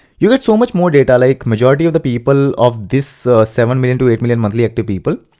you get so much more data like majority of the people of this seven million to eight million monthly active people,